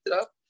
up